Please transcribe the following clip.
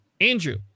Andrew